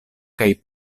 kaj